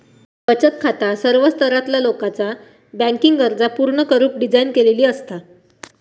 बचत खाता सर्व स्तरातला लोकाचा बँकिंग गरजा पूर्ण करुक डिझाइन केलेली असता